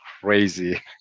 crazy